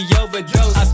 overdose